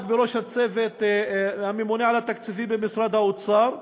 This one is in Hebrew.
בראש הצוות הממונה על התקציבים במשרד האוצר,